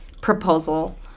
proposal